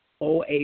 OA